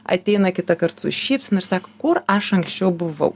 ateina kitąkart su šypsena ir sako kur aš anksčiau buvau